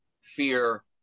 fear